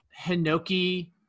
hinoki